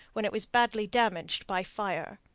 when it was badly damaged by fire.